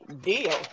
deal